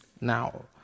now